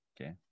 Okay